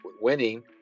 winning